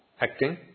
acting